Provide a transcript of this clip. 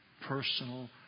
personal